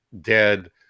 dead